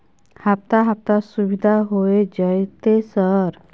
हफ्ता हफ्ता सुविधा होय जयते सर?